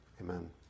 Amen